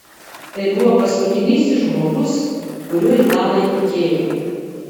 tai buvo paskutinysis žmogus kuriuo italai tikėjo